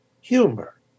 humor